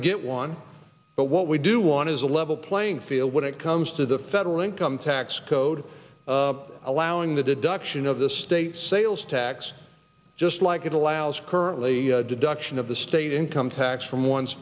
to get one but what we do want is a level playing field when it comes to the federal income tax code allowing the deduction of the state sales tax just like it allows currently deduction of the state income tax from one